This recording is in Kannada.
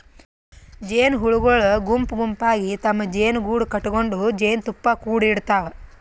ಜೇನಹುಳಗೊಳ್ ಗುಂಪ್ ಗುಂಪಾಗಿ ತಮ್ಮ್ ಜೇನುಗೂಡು ಕಟಗೊಂಡ್ ಜೇನ್ತುಪ್ಪಾ ಕುಡಿಡ್ತಾವ್